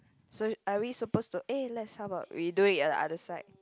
so are we supposed to eh let's how about we do it at the other side